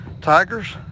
Tigers